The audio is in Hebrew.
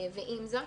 עם זאת,